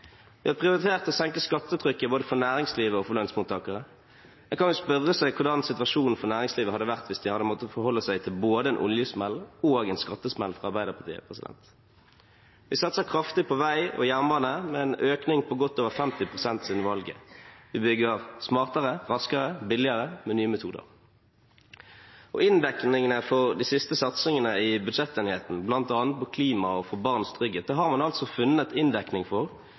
Vi har prioritert å senke skattetrykket, både for næringslivet og lønnsmottakerne. En kan jo spørre seg hvordan situasjonen for næringslivet hadde vært hvis de hadde måttet forholde seg til både en oljesmell og en skattesmell fra Arbeiderpartiet. Vi satser kraftig på vei og jernbane, med en økning på godt over 50 pst. siden valget. Vi bygger smartere, raskere og billigere med nye metoder. Inndekningene for de siste satsingene i budsjettenigheten, bl.a. for klima og barns trygghet, har man funnet